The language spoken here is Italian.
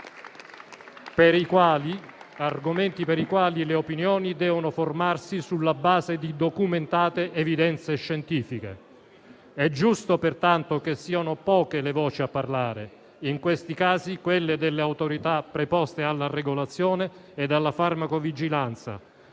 argomenti per i quali le opinioni devono formarsi sulla base di documentate evidenze scientifiche. È giusto pertanto che siano poche le voci a parlare: in questi casi, quelle delle autorità preposte alla regolazione e alla farmacovigilanza,